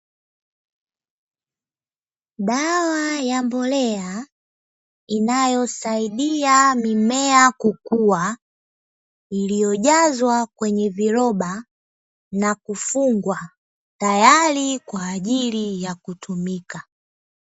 Dawa ya mbolea inayosaidia mimea kukua, iliyojazwa kwenye viroba na kifungwa tayari kwa ajili ya kutumika.